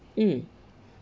mm